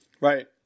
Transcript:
Right